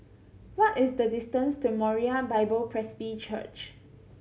what is the distance to Moriah Bible Presby Church